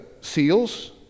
seals